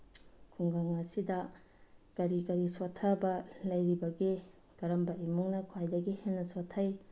ꯈꯨꯡꯒꯪ ꯑꯁꯤꯗ ꯀꯔꯤ ꯀꯔꯤ ꯁꯣꯠꯊꯕ ꯂꯩꯔꯤꯕꯒꯦ ꯀꯔꯝꯕ ꯏꯃꯨꯡꯅ ꯈ꯭ꯋꯥꯏꯗꯒꯤ ꯍꯦꯟꯅ ꯁꯣꯠꯊꯩ